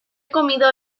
comido